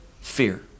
fear